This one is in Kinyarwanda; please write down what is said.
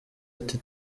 ati